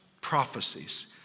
prophecies